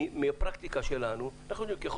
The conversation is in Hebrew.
מהפרקטיקה שלנו אנחנו יודעים שככל